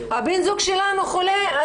הבן זוג שלנו חולה,